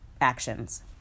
actions